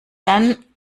dann